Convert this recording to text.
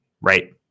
right